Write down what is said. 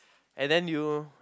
and then you